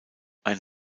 ein